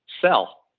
sell